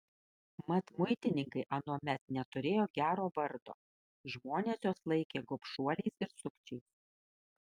mat muitininkai anuomet neturėjo gero vardo žmonės juos laikė gobšuoliais ir sukčiais